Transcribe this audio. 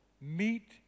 meet